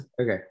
Okay